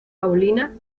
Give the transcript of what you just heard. paulina